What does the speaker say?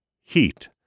heat